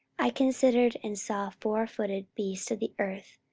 i considered, and saw fourfooted beasts of the earth,